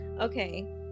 okay